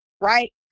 right